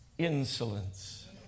Insolence